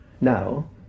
Now